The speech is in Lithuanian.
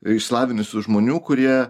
išsilavinusių žmonių kurie